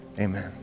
amen